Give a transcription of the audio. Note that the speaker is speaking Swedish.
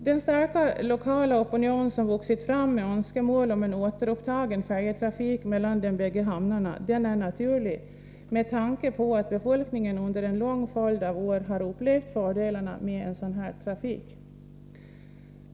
Den starka lokala opinion som vuxit fram med önskemål om en återupptagen färjetrafik mellan de båda hamnarna är naturlig, med tanke på att befolkningen under en lång följd av år upplevt fördelarna med en sådan trafik.